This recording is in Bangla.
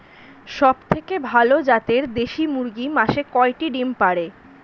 সবথেকে ভালো জাতের দেশি মুরগি মাসে কয়টি ডিম পাড়ে?